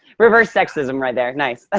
reverse sexism right there. nice ah